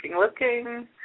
looking